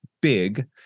big